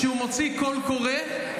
כשהוא מוציא קול קורא,